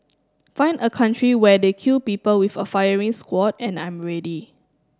find a country where they kill people with a firing squad and I'm ready